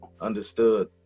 understood